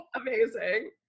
amazing